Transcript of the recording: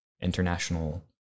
international